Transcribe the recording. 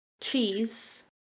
Cheese